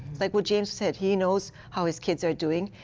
like what james said, he knows how his kids are doing.